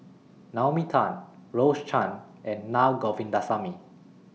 Naomi Tan Rose Chan and Na Govindasamy